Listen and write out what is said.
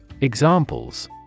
Examples